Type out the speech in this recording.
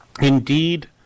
Indeed